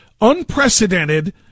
unprecedented